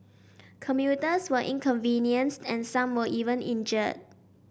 commuters were inconvenienced and some were even injured